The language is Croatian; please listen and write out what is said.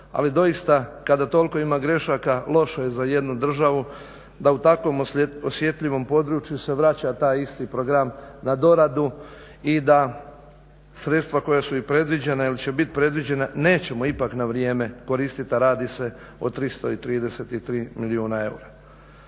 ali doista kada toliko ima grešaka loše je za jednu državu da u takvom osjetljivom području se vraća taj isti program na doradu i da sredstva koja su predviđena ili će biti predviđena nećemo ipak na vrijeme koristiti, a radi se o 333 milijuna eura.